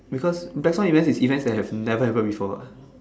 because black soil event is events that have never happen before what